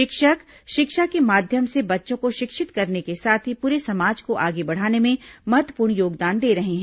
शिक्षक शिक्षा के माध्यम से बच्चों को शिक्षित करने के साथ पूरे समाज को आगे बढ़ाने में महत्वपूर्ण योगदान दे रहे हैं